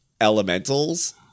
elementals